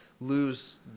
lose